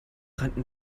rannten